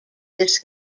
this